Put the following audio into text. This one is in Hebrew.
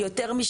של יותר משנה,